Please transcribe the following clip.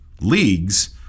leagues